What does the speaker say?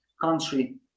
country